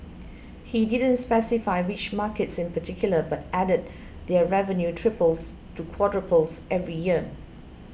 he didn't specify which markets in particular but added that their revenue triples to quadruples every year